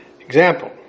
Example